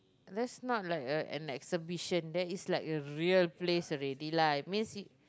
that's not like a an exhibition that is like a real place already lah it means it